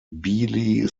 beale